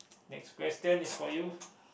next question is for you